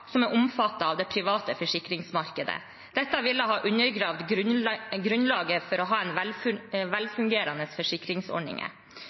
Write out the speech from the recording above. som er omfattet av det private forsikringsmarkedet. Dette ville ha undergravd grunnlaget for å ha